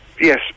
Yes